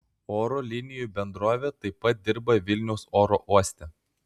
oro linijų bendrovė taip pat dirba vilniaus oro uoste